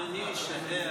אם אדוני יישאר,